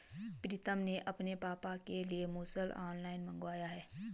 प्रितम ने अपने पापा के लिए मुसल ऑनलाइन मंगवाया है